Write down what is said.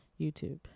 YouTube